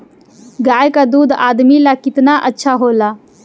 गाय का दूध आदमी ला कितना अच्छा होला?